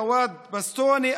ריאד בסתוני,